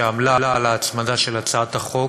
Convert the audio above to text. שעמלה על ההצמדה של הצעת החוק,